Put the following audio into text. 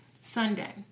Sunday